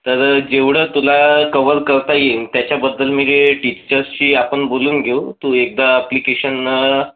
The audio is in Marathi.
तर जेवढं तुला कवर करता येईन त्याच्याबद्दल मिरे टीचरशी आपण बोलून घेऊ तू एकदा पिटिशनं